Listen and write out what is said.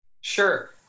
Sure